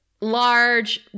large